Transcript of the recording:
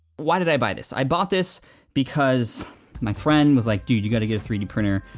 why did i buy this? i bought this because my friend was like, dude, you got to get a three d printer.